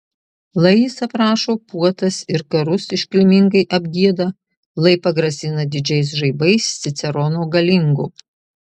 lai jis aprašo puotas ir karus iškilmingai apgieda lai pagrasina didžiais žaibais cicerono galingo